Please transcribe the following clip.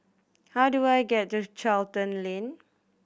how do I get to Charlton Lane